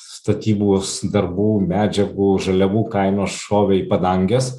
statybos darbų medžiagų žaliavų kainos šovė į padanges